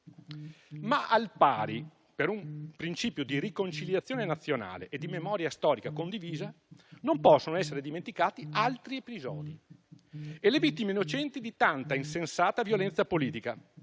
pari però, per un principio di riconciliazione nazionale e di memoria storica condivisa, non possono essere dimenticati altri episodi e le vittime innocenti di tanta insensata violenza politica,